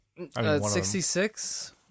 66